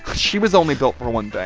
she was only built for one